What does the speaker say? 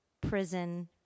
prison